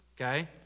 Okay